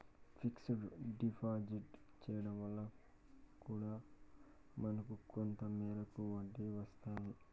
fixed deposit చేయడం వల్ల కూడా మనకు కొంత మేరకు వడ్డీ వస్తాది